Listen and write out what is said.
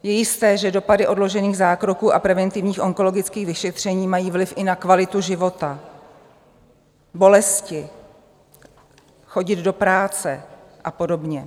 Je jisté, že dopady odložených zákroků a preventivních onkologických vyšetření mají vliv i na kvalitu života, bolesti, chodit do práce a podobně.